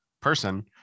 person